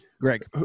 Greg